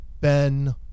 Ben